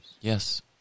Yes